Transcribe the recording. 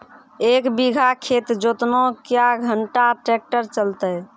एक बीघा खेत जोतना क्या घंटा ट्रैक्टर चलते?